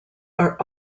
are